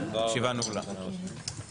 הישיבה ננעלה בשעה 14:09.